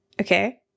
okay